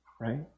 right